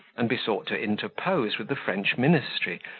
and besought to interpose with the french ministry,